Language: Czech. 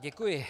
Děkuji.